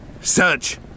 Search